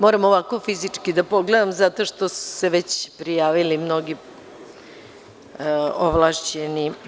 Moram ovako fizički da pogledam zato što su se već prijavili mnogi ovlašćeni.